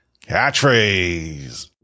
Catchphrase